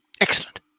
Excellent